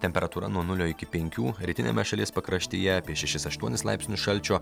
temperatūra nuo nulio iki penkių rytiniame šalies pakraštyje apie šešis aštuonis laipsnių šalčio